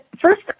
first